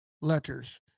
letters